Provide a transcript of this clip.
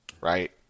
right